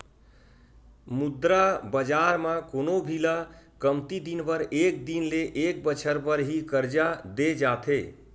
मुद्रा बजार म कोनो भी ल कमती दिन बर एक दिन ले एक बछर बर ही करजा देय जाथे